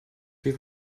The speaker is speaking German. wir